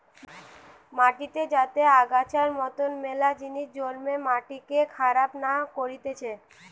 মাটিতে যাতে আগাছার মতন মেলা জিনিস জন্মে মাটিকে খারাপ না করতিছে